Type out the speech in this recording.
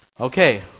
Okay